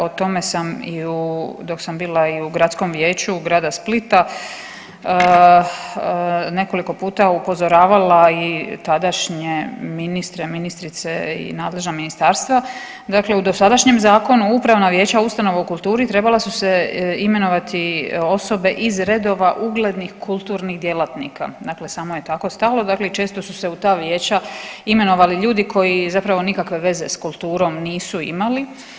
O tome sam i u, dok sam bila i u Gradskom vijeću grada Splita nekoliko puta upozoravala i tadašnje ministre i ministrice i nadležna ministarstva, dakle u dosadašnjem zakonu u upravna vijeća ustanova u kulturi trebala su se imenovati osobe iz redova uglednih kulturnih djelatnika, dakle samo je tako stavilo dakle i često su se u ta vijeća imenovali ljudi koji zapravo nikakve veze s kulturom nisu imali.